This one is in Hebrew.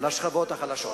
לשכבות החלשות.